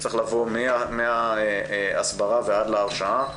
שצריך לבוא מההסברה ועד להרשעה.